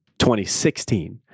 2016